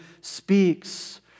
speaks